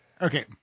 Okay